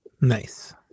Nice